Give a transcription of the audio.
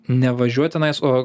ne važiuot tenais o